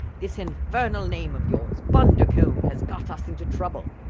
this infernal name of yours, bundercombe, has got us into trouble.